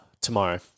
tomorrow